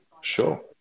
Sure